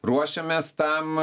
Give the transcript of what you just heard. ruošiamės tam